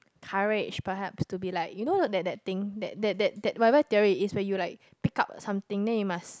courage perhaps to be like you know that that thing that that that whatever theory it's where you like pick up something then you must